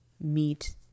meet